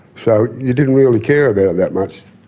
so you didn't really care about it that much,